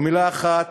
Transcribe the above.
ומילה אחת,